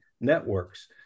networks